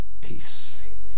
peace